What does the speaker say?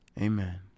Amen